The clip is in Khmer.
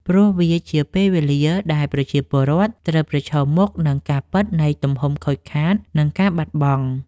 ព្រោះវាជាពេលវេលាដែលប្រជាពលរដ្ឋត្រូវប្រឈមមុខនឹងការពិតនៃទំហំខូចខាត និងការបាត់បង់។